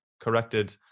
corrected